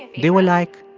they were like,